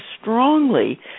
strongly